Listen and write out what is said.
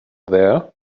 there